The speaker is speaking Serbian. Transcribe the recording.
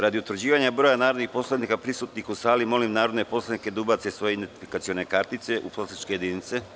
Radi utvrđivanja broja narodnih poslanika prisutnih u sali, molim narodne poslanike da ubace svoje identifikacione kartice u poslaničke jedinice